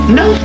no